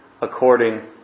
according